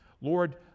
lord